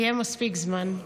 יהיה מספיק זמן.